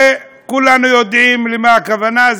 וכולנו יודעים למה הכוונה,